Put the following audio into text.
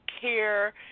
care